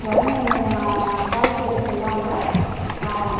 வறுமை குவாலிஃபிகேஷன் தான் வந்து காரணம்